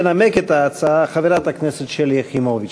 תנמק את ההצעה חברת הכנסת שלי יחימוביץ.